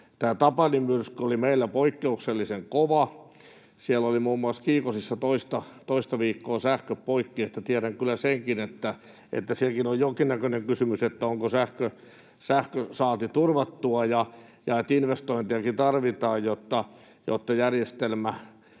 Tämä Tapani-myrsky oli meillä poikkeuksellisen kova. Siellä olivat muun muassa Kiikoisissa toista viikkoa sähköt poikki, että tiedän kyllä senkin, että sekin on jonkinnäköinen kysymys, onko sähkönsaanti turvattua, ja että investointejakin tarvitaan, jotta järjestelmä